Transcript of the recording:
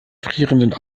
frierenden